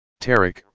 Tarek